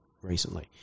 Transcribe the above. recently